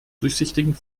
durchsichtigen